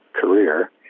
career